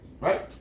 right